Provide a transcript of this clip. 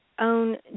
own